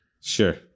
Sure